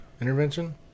Intervention